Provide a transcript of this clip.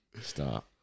Stop